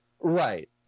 Right